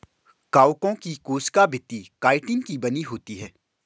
कवकों की कोशिका भित्ति काइटिन की बनी होती है